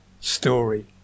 story